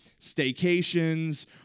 staycations